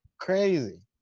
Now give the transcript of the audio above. crazy